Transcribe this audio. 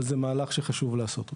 אבל זה מהלך שחשוב לעשות אותו.